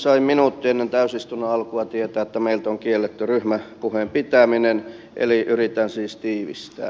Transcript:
sain minuutti ennen täysistunnon alkua tietää että meiltä on kielletty ryhmäpuheen pitäminen eli yritän siis tiivistää